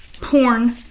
Porn